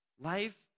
Life